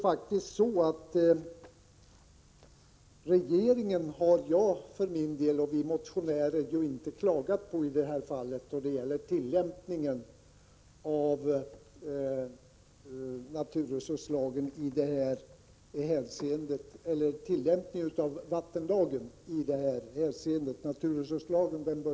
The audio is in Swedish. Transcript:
Varken jag eller de övriga motionärerna har klagat på regeringen när det gäller tillämpningen av vattenlagen i detta hänseende.